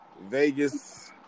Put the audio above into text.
Vegas